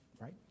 right